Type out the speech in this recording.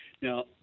Now